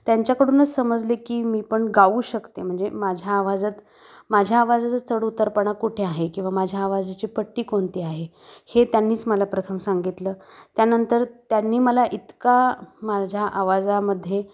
त्यांच्याकडूनच समजले की मी पण गाऊ शकते म्हणजे माझ्या आवाजात माझ्या आवाजाचं चढउतारपणा कुठे आहे किंवा माझ्या आवाजाची पट्टी कोणती आहे हे त्यांनीच मला प्रथम सांगितलं त्यानंतर त्यांनी मला इतका माझ्या आवाजामध्ये